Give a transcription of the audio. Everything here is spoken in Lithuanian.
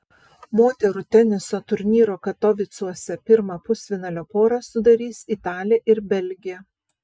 moterų teniso turnyro katovicuose pirmą pusfinalio porą sudarys italė ir belgė